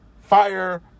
fire